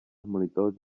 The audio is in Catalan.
monitors